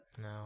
No